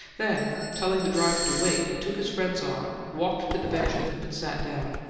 then, telling the driver to wait, he took his friend's arm, walked to the bench with him, and sat down.